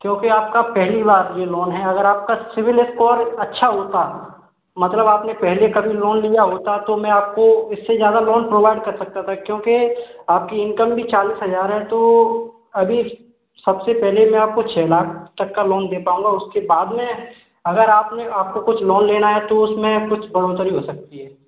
क्योंकि आपका पहली बार यह लोन है अगर आपका सिविल इस्कोर अच्छा होता मतलब आपने पहले कभी लोन लिया होता तो मैं आपको इससे ज़्यादा लोन प्रोवाइड कर सकता था क्योंकि आपकी इनकम भी चालीस हज़ार है तो अभी सबसे पहले मैं आपको छ लाख तक का लोन दे पाउँगा उसके बाद में अगर आपने आपको कुछ लोन लेना है तो उसमें कुछ बढ़ोतरी हो सकती है